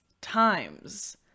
times